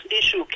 issue